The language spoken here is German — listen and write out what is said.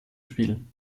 spielen